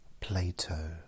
Plato